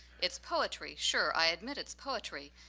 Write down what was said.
it's poetry, sure. i admit it's poetry,